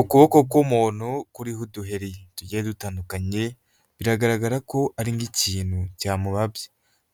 Ukuboko k'umuntu kuriho uduheri tugiye dutandukanye, biragaragara ko ari nk'ikintu cyamubabye.